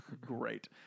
Great